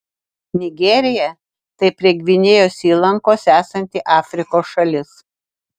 nigerija tai prie gvinėjos įlankos esanti afrikos šalis